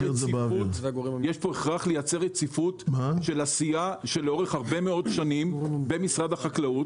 יש פה הכרח לייצר רציפות של עשייה שלאורך הרבה מאוד שנים במשרד החקלאות,